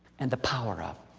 and the power of.